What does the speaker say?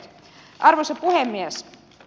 arvoisa puhemies